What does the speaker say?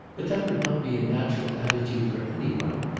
but that would not be a natural attitude for any one,